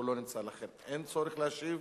הוא לא נמצא ולכן אין צורך להשיב.